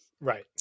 Right